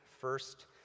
first